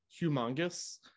humongous